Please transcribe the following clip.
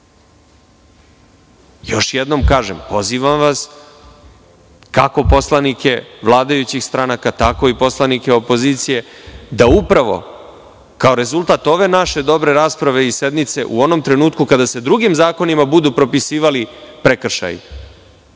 jednom kažem – pozivam vas, kako poslanike vladajućih stranaka tako i poslanike opozicije, da upravo kao rezultat ove naše dobre rasprave i sednice u onom trenutku kada se drugim zakonima budu propisivali prekršaji,